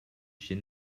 chez